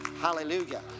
Hallelujah